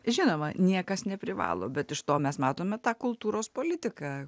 žinoma niekas neprivalo bet iš to mes matome tą kultūros politiką